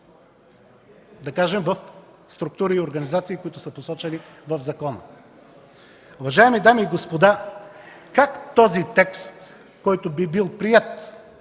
прикрития в структури и организации, посочени в закона. Уважаеми дами и господа, как този текст, който би бил приет